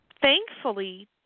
Thankfully